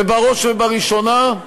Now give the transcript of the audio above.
ובראש ובראשונה,